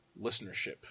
listenership